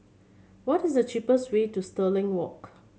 what is the cheapest way to Stirling Walk